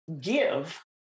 give